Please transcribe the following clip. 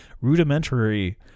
rudimentary